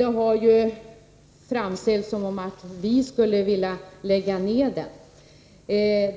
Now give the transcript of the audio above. Man har framställt det som om vi skulle vilja lägga ned STI.